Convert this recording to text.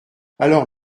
alors